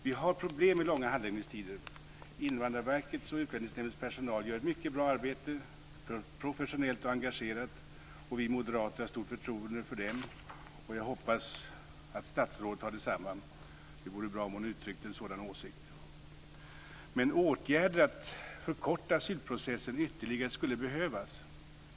Vi har problem med långa handläggningstider. Invandrarverkets och Utlänningsnämndens personal gör ett mycket bra arbete, professionellt och engagerat. Vi moderater har stort förtroende för dem, och jag hoppas att statsrådet har detsamma. Det vore bra om hon uttryckte en sådan åsikt. Men åtgärder för att förkorta asylprocessen ytterligare skulle behövas.